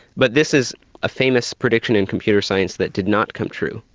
but this is a famous prediction in computer science that did not come true.